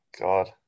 God